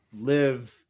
live